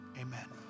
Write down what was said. amen